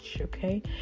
Okay